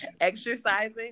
exercising